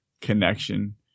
connection